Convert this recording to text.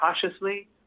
cautiously